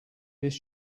this